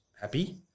happy